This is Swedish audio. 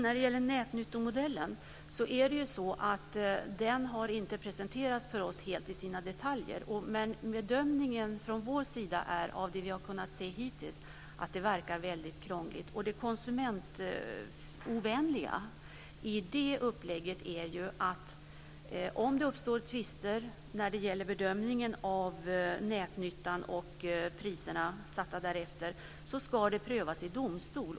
Fru talman! Nätnyttomodellen har inte presenterats för oss i detalj. Men bedömningen från vår sida av det vi hittills har kunnat se är att det verkar väldigt krångligt. Och det konsumentovänliga i detta upplägg är ju att om det uppstår tvister när det gäller bedömningen av nätnyttan och priserna satta därefter ska det prövas i domstol.